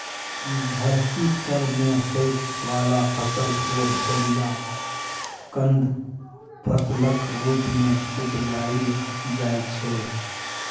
धरती तर में होइ वाला फसल केर जरि या कन्द फसलक रूप मे उपजाइल जाइ छै